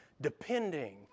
depending